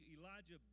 Elijah